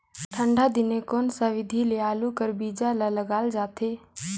ठंडा दिने कोन सा विधि ले आलू कर बीजा ल लगाल जाथे?